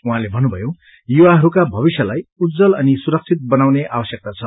उहाँले भन्नुभयो युवाहरूका भविष्यलाई उज्जवल अनि सुरक्षित बनाउने आवश्यकता छ